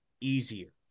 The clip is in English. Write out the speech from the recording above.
easier